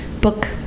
book